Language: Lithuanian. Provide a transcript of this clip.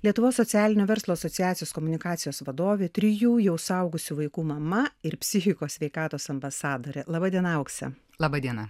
lietuvos socialinio verslo asociacijos komunikacijos vadovė trijų jau suaugusių vaikų mama ir psichikos sveikatos ambasadorė laba diena aukse laba diena